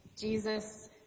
Jesus